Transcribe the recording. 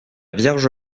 vierge